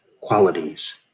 qualities